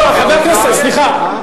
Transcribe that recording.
סליחה,